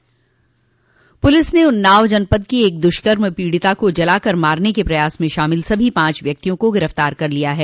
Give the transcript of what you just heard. police ने उन्नाव जनपद की एक दुष्कर्म पीडिता को जलाकर मारने के प्रयास में शामिल सभी पांच व्यक्तियों को गिरफ्तार कर लिया है